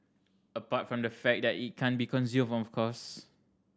apart from the fact that it can't be consumed of course